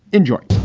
enjoy.